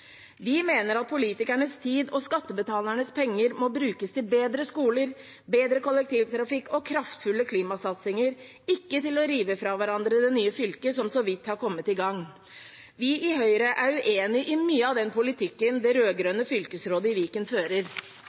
Vi mener at politikernes tid og skattebetalernes penger må brukes til bedre skoler, bedre kollektivtrafikk og kraftfulle klimasatsinger, ikke til å rive fra hverandre det nye fylket, som så vidt har kommet i gang. Vi i Høyre er uenige i mye av den politikken det rød-grønne fylkesrådet i Viken fører,